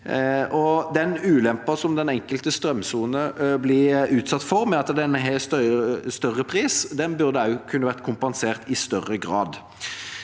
ulempen som den enkelte strømsone blir utsatt for, ved at den har høyere pris, burde vært kompensert i større grad.